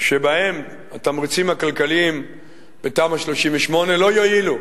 שבהם התמריצים הכלכליים בתמ"א 38 לא יועילו.